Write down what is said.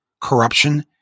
corruption